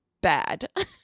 bad